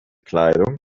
kleidung